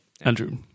Andrew